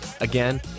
Again